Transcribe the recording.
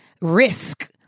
risk